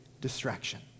distraction